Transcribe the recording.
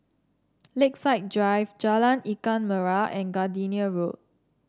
Lakeside Drive Jalan Ikan Merah and Gardenia Road